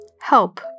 Help